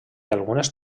algunes